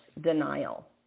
denial